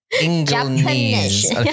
Japanese